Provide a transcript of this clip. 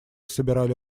собирали